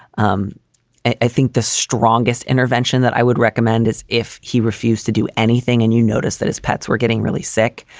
um i think the strongest intervention that i would recommend is if he refused to do anything and you notice that his pets were getting really sick.